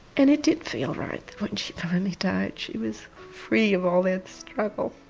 and it did feel right. when she finally died she was free of all that struggle,